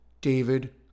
David